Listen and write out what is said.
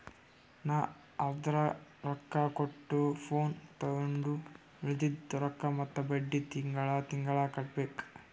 ನಾ ಅರ್ದಾ ರೊಕ್ಕಾ ಕೊಟ್ಟು ಫೋನ್ ತೊಂಡು ಉಳ್ದಿದ್ ರೊಕ್ಕಾ ಮತ್ತ ಬಡ್ಡಿ ತಿಂಗಳಾ ತಿಂಗಳಾ ಕಟ್ಟಬೇಕ್